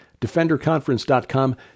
DefenderConference.com